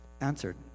answered